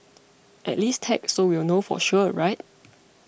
at least tag so we'll know for sure right